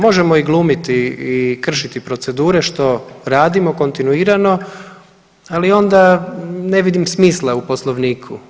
Možemo i glumiti i kršiti procedure što radimo kontinuirano, ali onda ne vidim smisla u Poslovniku.